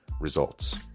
results